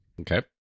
Okay